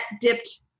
dipped